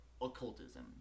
occultism